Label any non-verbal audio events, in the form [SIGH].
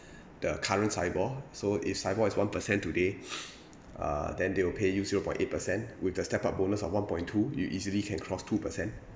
the current sibor so if sibor is one percent today [BREATH] uh then they will pay you zero point eight percent with the step-up bonus of one point two you easily can cross two percent